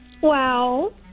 Wow